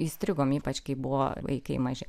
įstrigom ypač kai buvo vaikai maži